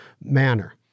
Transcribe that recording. manner